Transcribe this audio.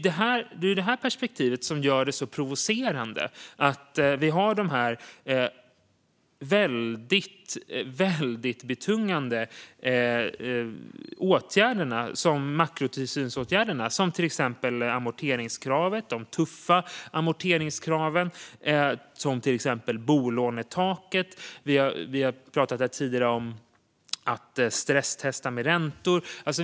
Det är det perspektivet som gör det så provocerande med de väldigt betungande makrotillsynsåtgärderna, till exempel de tuffa amorteringskraven och bolånetaket. Vi har tidigare pratat om att stresstesta med räntor.